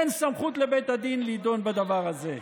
אין סמכות לבית הדין לדון בדבר הזה,